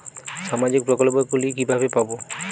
সামাজিক প্রকল্প গুলি কিভাবে পাব?